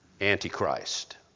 Antichrist